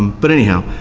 but anyhow,